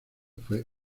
fue